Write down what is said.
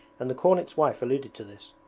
and the cornet's wife alluded to this,